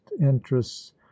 interests